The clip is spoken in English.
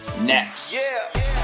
Next